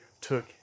took